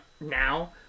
now